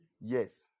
Yes